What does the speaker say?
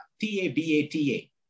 T-A-B-A-T-A